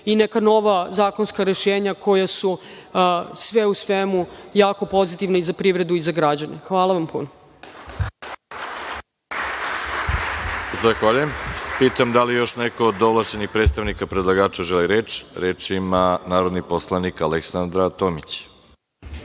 i neka nova zakonska rešenja, koja su, sve u svemu, jako pozitivne i za privredu i za građane. Hvala vam puno. **Veroljub Arsić** Zahvaljujem. Pitam da li još neko od ovlašćenih predstavnika predlagača želi reč? Reč ima narodni poslanik Aleksandra Tomić.